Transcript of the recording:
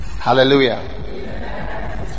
Hallelujah